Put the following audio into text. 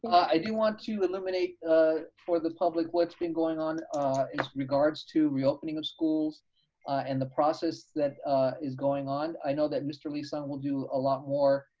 i do want to illuminate ah for the public what's been going on as regards to reopening of schools and the process that is going on. i know that mr. lee-sung will do a lot more,